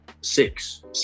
six